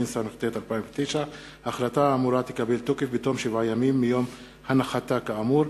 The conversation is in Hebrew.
התשס"ט 2009. ההחלטה האמורה תקבל תוקף בתום שבעה ימים מיום הנחתה כאמור,